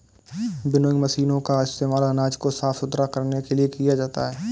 winnowing मशीनों का इस्तेमाल अनाज को साफ सुथरा करने के लिए किया जाता है